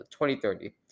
2030